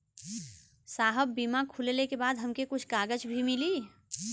साहब बीमा खुलले के बाद हमके कुछ कागज भी मिली?